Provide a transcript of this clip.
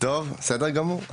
בסדר גמור.